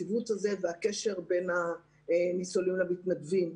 הציוות הזה והקשר בין הניצולים למתנדבים.